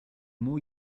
more